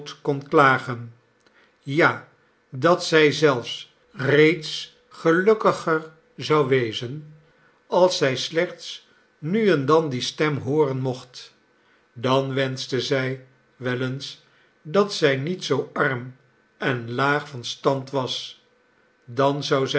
kon klagen ja dat zij zelfs reeds gelukkiger zou wezen als zij slechts nu en dan die stem hooren mocht dan wenschte zij wel eens dat zij niet zoo arm en laag van stand was dan zou zij